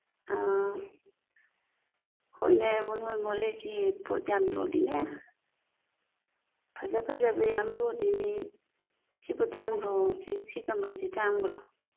ꯑ ꯍꯣꯏꯅꯦ ꯃꯣꯏ ꯃꯣꯔꯦꯒꯤ ꯄꯣꯠ ꯌꯥꯝ ꯌꯣꯜꯂꯤꯅꯦ ꯐꯖ ꯐꯖꯕ ꯌꯥꯝ ꯌꯣꯜꯂꯤꯅꯤ ꯁꯤꯕꯨ ꯇꯥꯡꯕ꯭ꯔꯣ ꯁꯤ ꯁꯤ ꯀꯝꯕꯜꯁꯤ ꯇꯥꯡꯕ꯭ꯔꯣ